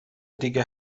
دیگه